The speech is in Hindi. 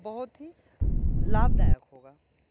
बहुत ही लाभदायक होगा